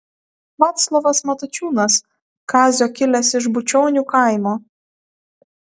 vaclovas matačiūnas kazio kilęs iš bučionių kaimo